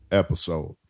episode